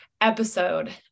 episode